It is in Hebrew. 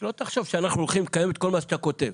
שלא תחשוב שאנחנו הולכים לקיים את כל מה שאתה כותב.